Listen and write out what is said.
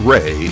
Ray